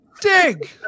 Dig